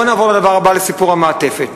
בוא נעבור לדבר הבא, לסיפור המעטפת.